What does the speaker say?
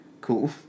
Cool